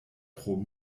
pro